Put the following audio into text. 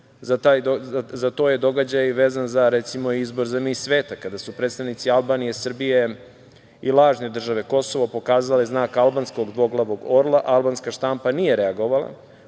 za to je događaj vezan za, recimo, izbor za mis sveta, kada su predstavnici Albanije, Srbije i lažne države Kosovo pokazali znak albanskog dvoglavog orla albanska štampa nije reagovala,